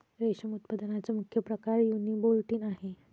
रेशम उत्पादनाचा मुख्य प्रकार युनिबोल्टिन आहे